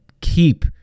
keep